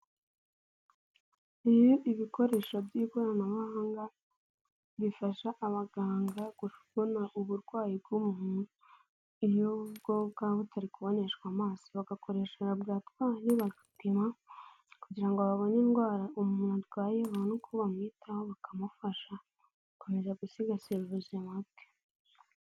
Ni ibikoresho by'ikoranabuhanga bifasha abaganga kubona uburwayi bw'umuntu, n'iyo bwo bwaba butari kuboneshwa amaso bagakoresha laboratwari bagapima kugira ngo babone indwara umuntu arwaye, umuntu uko bamwitaho bakamufasha gukomeza gusigasira ubuzima bwe.